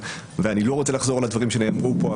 ואני לא רוצה לחזור על הדברים שנאמרו פה,